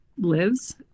lives